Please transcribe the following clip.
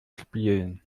spielen